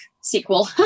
sequel